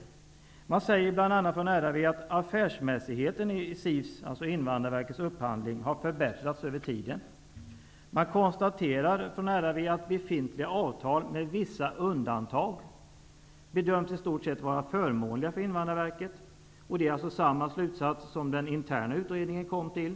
I RRV:s rapport kan man läsa bl.a. följande: Affärsmässigheten i SIV:s upphandling har förbättrats över tiden. RRV konstaterar vidare att ''befintliga avtal med vissa undantag bedöms i stort sett vara förmånliga för SIV''. Det är samma slutsats som den som interna utredningen kom fram till.